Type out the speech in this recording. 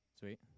Sweet